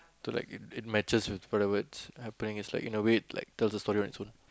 so like it it matches with whatever it's happening is like you know in a way tells a story on it's own